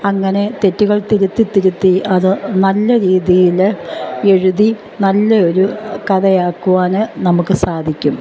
അങ്ങനെ തെറ്റുകൾ തിരുത്തി തിരുത്തി അത് നല്ല രീതിയിൽ എഴുതി നല്ല ഒരു കഥയാാക്കുവാൻ നമുക്ക് സാധിക്കും